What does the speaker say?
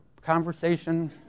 conversation